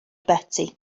beti